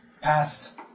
past